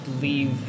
leave